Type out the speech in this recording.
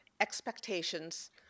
expectations